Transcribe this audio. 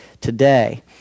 Today